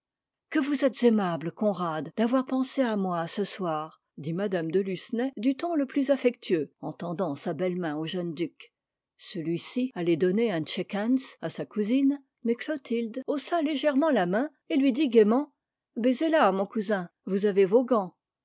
que vous êtes aimable conrad d'avoir pensé à moi ce soir dit mme de lucenay du ton le plus affectueux en tendant sa belle main au jeune duc celui-ci allait donner un shake hands à sa cousine mais clotilde haussa légèrement la main et lui dit gaiement baisez la mon cousin vous avez vos gants